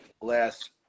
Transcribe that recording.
last